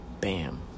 Bam